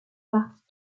partent